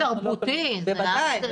זה אקט תרבותי, מתבקש.